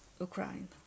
Ukraine